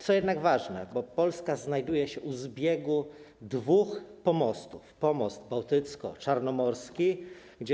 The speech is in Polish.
Co jednak ważne, Polska znajduje się u zbiegu dwóch pomostów: pomostu bałtycko-czarnomorskiego.